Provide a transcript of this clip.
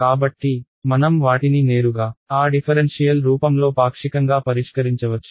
కాబట్టి మనం వాటిని నేరుగా ఆ డిఫరెన్షియల్ రూపంలో పాక్షికంగా పరిష్కరించవచ్చు